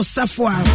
Safwa